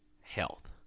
health